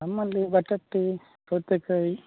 ನಮ್ಮಲ್ಲಿ ಬಟಾಟೆ ಸೌತೆಕಾಯಿ